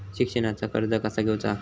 शिक्षणाचा कर्ज कसा घेऊचा हा?